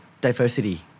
diversity